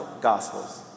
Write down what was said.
Gospels